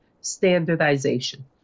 standardization